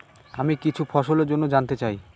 আমি কিছু ফসল জন্য জানতে চাই